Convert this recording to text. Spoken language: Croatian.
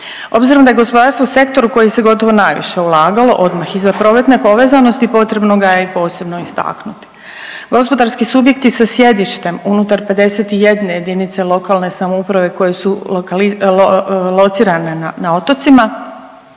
Obzirom da je gospodarskom sektoru u koji se gotovo najviše ulagalo odmah iza prometne povezanosti potrebno ga je i posebno istaknuti. Gospodarski subjekti sa sjedištem unutar 51 jedinice lokalne samouprave koje su locirane na otocima,